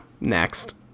Next